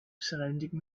surrounding